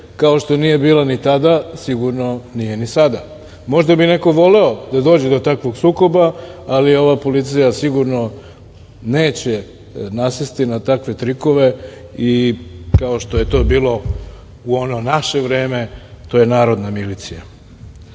kao što nije bila ni tada, sigurno nije ni sada. Možda bi neko voleo da dođe do takvog sukoba ali ova policija sigurno neće nasesti na takve trikove, kao što je to bilo u ono naše vreme, to je narodna milicija. Što